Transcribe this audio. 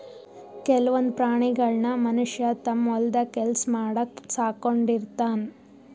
ಕೆಲವೊಂದ್ ಪ್ರಾಣಿಗಳನ್ನ್ ಮನಷ್ಯ ತಮ್ಮ್ ಹೊಲದ್ ಕೆಲ್ಸ ಮಾಡಕ್ಕ್ ಸಾಕೊಂಡಿರ್ತಾನ್